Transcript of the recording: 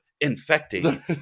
infecting